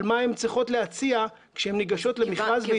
מה הן צריכות להציע כשהן ניגשות למכרז.